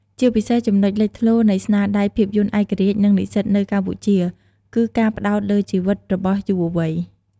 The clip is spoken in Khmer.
ជាពិសេស ចំណុចលេចធ្លោនៃស្នាដៃភាពយន្តឯករាជ្យ និងនិស្សិតនៅកម្ពុជា គឺ ការផ្តោតលើជីវិតរបស់យុវវ័យ។